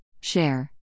share